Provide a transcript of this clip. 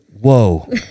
whoa